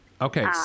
okay